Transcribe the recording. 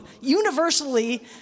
universally